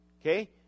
Okay